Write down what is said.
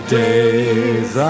days